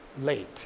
late